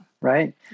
Right